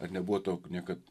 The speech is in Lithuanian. ar nebuvo tau niekad